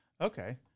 Okay